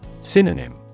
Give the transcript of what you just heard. Synonym